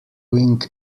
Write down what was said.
wing